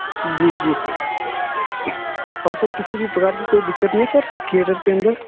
जी जी सर और सर किसी भी प्रकार की कोई दिक्कत नहीं है सर थिएटर के अंदर